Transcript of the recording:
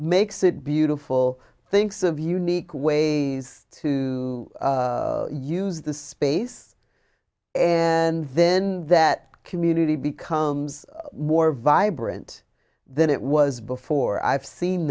makes it beautiful thinks of unique ways to use the space and then that community becomes more vibrant than it was before i've seen